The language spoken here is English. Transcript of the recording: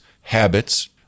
habits